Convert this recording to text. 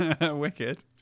Wicked